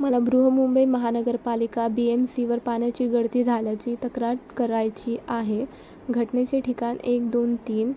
मला Brihanmumbai Mahanagarpalika B M sewer पाण्याची गळती झाल्याची तक्रार करायची आहे घटनेचे ठिकाण एक दोन तीन